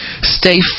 stay